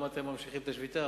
למה אתם ממשיכים את השביתה?